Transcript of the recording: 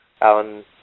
Alan